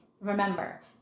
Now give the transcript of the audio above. remember